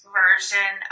version